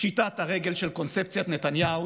פשיטת הרגל של קונספציית נתניהו,